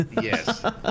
yes